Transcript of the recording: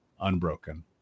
unbroken